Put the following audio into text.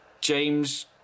James